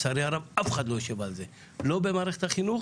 לצערי הרב אף אחד לא יושב על זה, לא במערכת החינוך